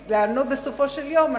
בסופו של יום,